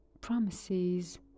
promises